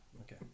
okay